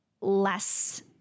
less